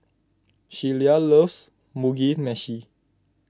Shelia loves Mugi Meshi